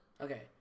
Okay